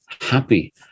happy